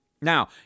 Now